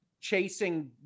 chasing